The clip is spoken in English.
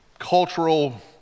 cultural